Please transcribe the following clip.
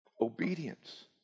Obedience